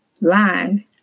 line